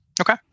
Okay